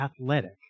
athletic